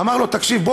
אמר לו: תקשיב,